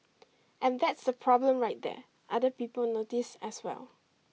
and that's the problem right there other people notice as well